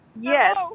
Yes